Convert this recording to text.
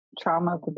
trauma